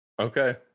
Okay